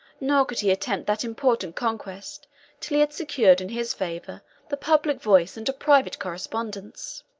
nor could he attempt that important conquest till he had secured in his favor the public voice and a private correspondence.